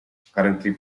currently